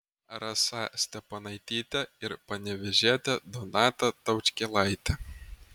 rasa steponaitytė ir panevėžietė donata taučkėlaitė